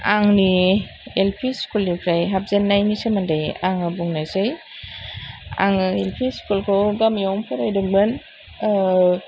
आंनि L P स्कुलनिफ्राय हाबजेननायनि सोमोन्दै आङो बुंनोसै आङो एल पि स्कुलखौ गामियावनो फरायदोंमोन